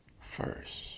first